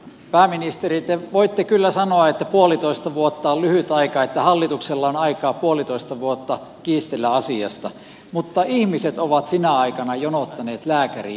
pääministeri te voitte kyllä sanoa että puolitoista vuotta on lyhyt aika että hallituksella on aikaa puolitoista vuotta kiistellä asiasta mutta ihmiset ovat sinä aikana jonottaneet lääkäriin joka ikinen päivä